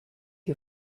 you